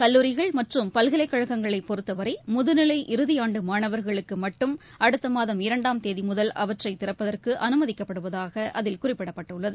கல்லூரிகள் மற்றம் பல்கலைக்கழகங்களைப் பொறுத்தவரைமுதுநிலை இறுதிஆண்டுமாணவர்களுக்குமட்டும் அடுத்தமாதம் இரண்டாம் தேதிமுதல் அவற்றைதிறப்பதற்குஅனுமதிக்கப்படுவதாகஅதில் குறிப்பிடப்பட்டுள்ளது